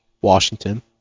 Washington